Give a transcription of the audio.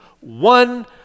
one